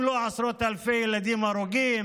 אם לא את עשרות אלפי הילדים ההרוגים,